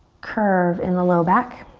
curve in the low back.